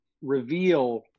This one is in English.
reveal